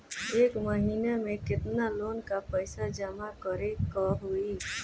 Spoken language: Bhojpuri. एक महिना मे केतना लोन क पईसा जमा करे क होइ?